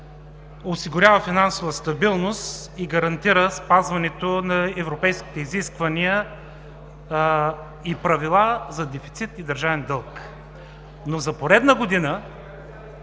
осигурява финансова стабилност и гарантира спазването на европейските изисквания и правила за дефицит и държавен дълг. За поредна година,